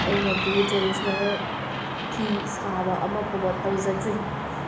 ꯑꯩꯅꯗꯤ ꯇ꯭ꯔꯦꯗꯤꯁꯟꯅꯦꯜ ꯐꯤ ꯁꯥꯕ ꯑꯃꯐꯥꯎꯕ ꯇꯧꯖꯗ꯭ꯔꯤ